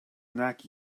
neck